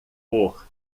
cor